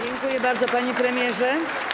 Dziękuję bardzo, panie premierze.